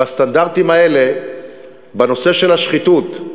והסטנדרטים האלה בנושא של השחיתות,